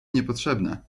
niepotrzebne